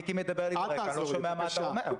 מיקי מדבר לי ברגע, אני לא שומע מה אתה אומר.